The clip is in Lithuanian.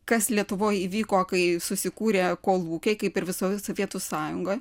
kas lietuvoj įvyko kai susikūrė kolūkiai kaip ir visoj sovietų sąjungoj